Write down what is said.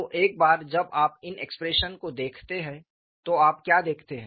तो एक बार जब आप इन एक्सप्रेशन को देखते हैं तो आप क्या देखते हैं